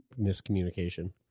miscommunication